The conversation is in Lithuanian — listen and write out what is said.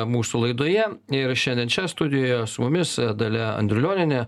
mūsų laidoje ir šiandien čia studijoje su mumis dalia andrulionienė